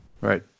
Right